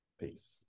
Peace